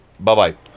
Bye-bye